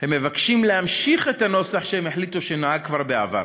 הם מבקשים להמשיך את הנוסח שהם החליטו שנהג כבר בעבר.